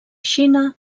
xina